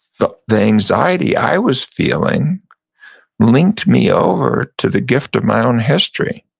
the the anxiety i was feeling linked me over to the gift of my own history.